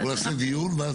אז אנחנו --- קטי,